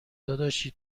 داداشی